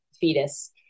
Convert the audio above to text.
fetus